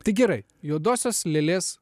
tai gerai juodosios lėlės